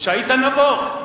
שהיית נבוך.